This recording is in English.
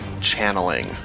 channeling